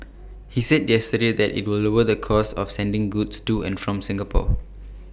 he said yesterday that IT will lower the costs of sending goods to and from Singapore